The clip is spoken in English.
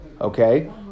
Okay